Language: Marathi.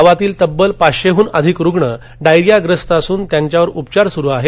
गावातील तब्बल पाचशेहन अधिक रुग्ण डायरियाचे प्रस्त असून त्यांच्यावर उपचार सुरू आहे